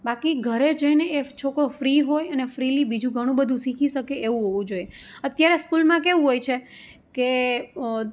બાકી ઘરે જઈને એ છોકરો ફ્રી હોય અને ફ્રીલી બીજું ઘણુંબધું શીખી શકે એવું હોવો જોએ અત્યારે સ્કૂલમાં કેવું હોય છે કે